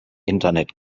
internet